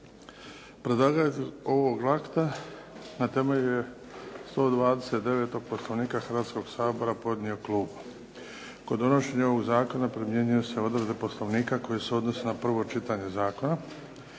Predlagatelj ovoga akta na temelju je 129. Poslovnika Hrvatskoga sabora podnio klub. Kod donošenja ovoga Zakona primjenjuju se odredbe Poslovnika koje se odnose na prvo čitanje zakona.